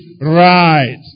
right